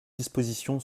disposition